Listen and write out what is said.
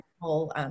whole